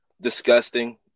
disgusting